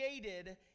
created